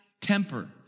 temper